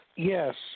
Yes